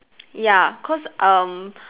ya cause um